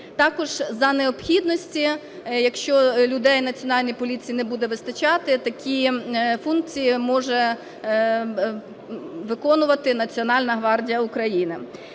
Також, за необхідності, якщо людей Національної поліції не буде вистачати, такі функції може виконувати Національна гвардія України.